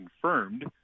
confirmed